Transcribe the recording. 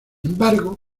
embargo